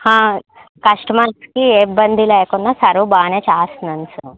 కస్టమర్స్కి ఏ ఇబ్బంది లేకుండా సర్వ్ బాగానే చేస్తున్నాను సార్